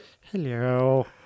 Hello